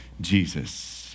Jesus